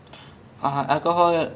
so what they do is